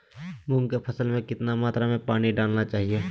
मूंग की फसल में कितना मात्रा में पानी डालना चाहिए?